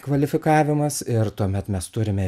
kvalifikavimas ir tuomet mes turime